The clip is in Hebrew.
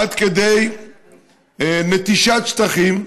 עד כדי נטישת שטחים,